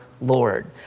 Lord